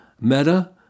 Meta